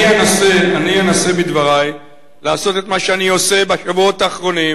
אני אנסה בדברי לעשות את מה שאני עושה בשבועות האחרונים.